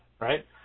right